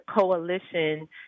coalition